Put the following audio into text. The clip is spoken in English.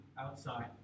outside